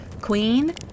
queen